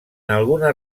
algunes